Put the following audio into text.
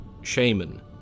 Shaman